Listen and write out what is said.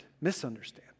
misunderstand